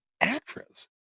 actress